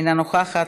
אינה נוכחת,